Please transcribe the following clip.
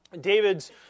David's